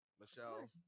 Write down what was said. Michelle